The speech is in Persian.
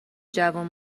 جوون